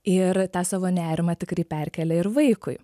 ir tą savo nerimą tikrai perkelia ir vaikui